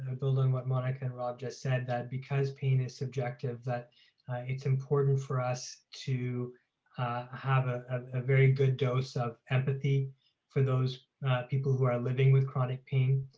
ah build on what monica and rob just said that because pain is subjective, that it's important for us to have a ah very good dose of empathy for those people who are living with chronic pain,